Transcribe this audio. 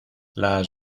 las